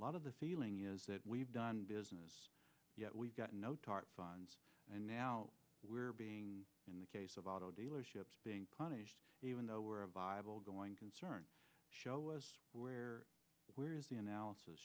lot of the feeling is that we've done business yet we've got no tarp funds and now we're being in the case of auto dealerships being punished even though we're a viable going concern show us where where is the analysis